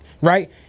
right